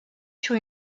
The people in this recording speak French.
sur